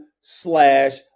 slash